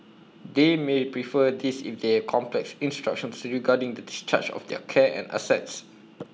they may prefer this if they have complex instructions regarding the discharge of their care and assets